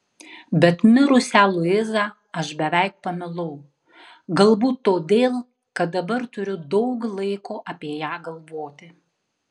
bet mirusią luizą aš beveik pamilau galbūt todėl kad dabar turiu daug laiko apie ją galvoti